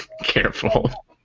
Careful